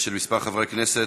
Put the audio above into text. מס' 2564,